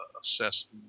assess